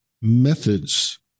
methods